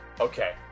Okay